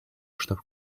штаб